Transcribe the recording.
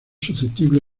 susceptible